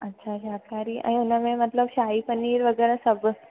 अच्छा शाकाहारी ऐं हुनमें मतिलब शाही पनीर वग़ैरह सभु